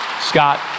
Scott